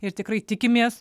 ir tikrai tikimės